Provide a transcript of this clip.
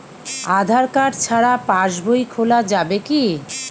আধার card ছাড়া পাশবই খোলা যাবে কি?